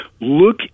look